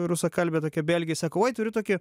rusakalbė tokia belgė i sako oi turiu tokį